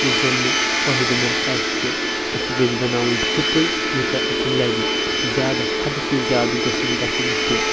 یُس زن نہٕ فٲیِدٕ منٛد آسہِ کینٛہہ أسۍ گٔژھ بناوٕنۍ تیُتُے یوٗتاہ اسہِ لگہِ زیادٕ حدٕ سے زیادٕ گوٚژھ نہٕ گژھُن کینٛہہ